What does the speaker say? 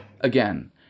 Again